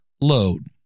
load